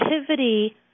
activity